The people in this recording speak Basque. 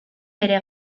bere